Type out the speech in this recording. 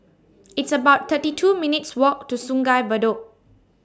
It's about thirty two minutes' Walk to Sungei Bedok